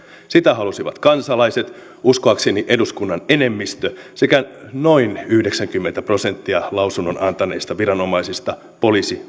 sitä halusivat kansalaiset uskoakseni eduskunnan enemmistö sekä noin yhdeksänkymmentä prosenttia lausunnon antaneista viranomaisista poliisi